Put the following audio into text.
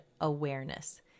awareness